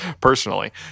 personally